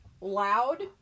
Loud